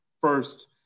first